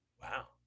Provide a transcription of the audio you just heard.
Wow